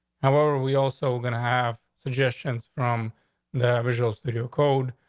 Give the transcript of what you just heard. however, we also gonna have suggestions from the original code.